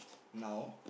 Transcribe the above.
now